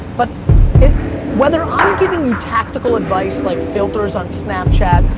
but whether i'm giving you tactical advice, like filters on snapchat,